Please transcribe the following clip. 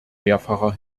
mehrfacher